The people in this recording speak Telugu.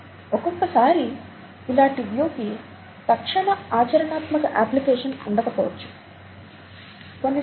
ఒక్కొక్కసారి అలాటి వ్యూ కి తక్షణ ఆచరణాత్మక అప్లికేషన్ ఉండకపోవచ్చు కూడా